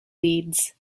leeds